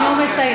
הנה, הוא מסיים.